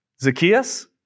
Zacchaeus